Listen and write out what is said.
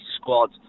squad